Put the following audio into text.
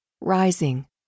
rising